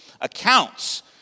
accounts